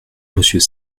monsieur